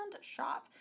shop